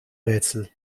rätsel